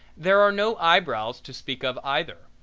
there are no eyebrows to speak of either,